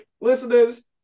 listeners